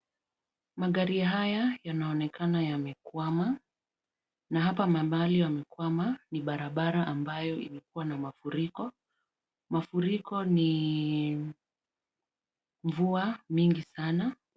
Magari haya yanaonekana yamekwama, na hapa mahali yamekwama ni barabara ambayo imekuwa na mafuriko, mafuriko ni mvua mingi sana.